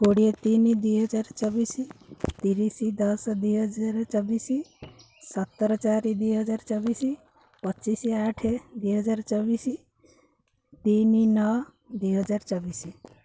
କୋଡ଼ିଏ ତିନି ଦୁଇହଜାର ଚବିଶି ତିରିଶି ଦଶ ଦୁଇହଜାର ଚବିଶି ସତର ଚାରି ଦୁଇହଜାର ଚବିଶି ପଚିଶି ଆଠେ ଦୁଇହଜାର ଚବିଶି ତିନି ନଅ ଦୁଇହଜାର ଚବିଶି